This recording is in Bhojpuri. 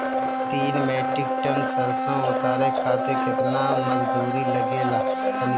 तीन मीट्रिक टन सरसो उतारे खातिर केतना मजदूरी लगे ला तनि बताई?